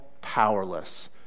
powerless